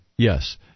Yes